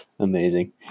Amazing